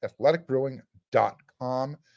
athleticbrewing.com